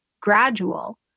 gradual